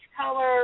color